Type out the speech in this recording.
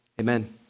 Amen